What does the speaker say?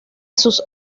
sus